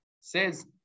says